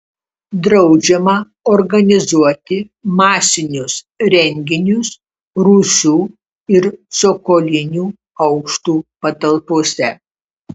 draudžiama organizuoti masinius renginius rūsių ir cokolinių aukštų patalpose